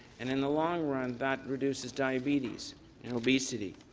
and in the long run, that reduces diabetes and obesity,